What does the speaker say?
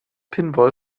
pinball